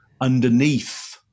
underneath